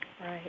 Right